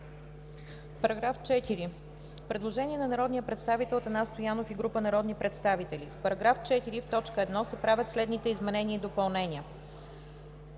Параграф 4 – предложение на народния представител Атанас Стоянов и група народни представители: „В § 4, в т. 1 се правят следните изменения и допълнения: